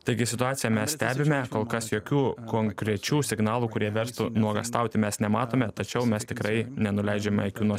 taigi situaciją mes stebime kol kas jokių konkrečių signalų kurie verstų nuogąstauti mes nematome tačiau mes tikrai nenuleidžiame akių nuo